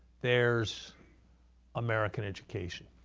there's american education.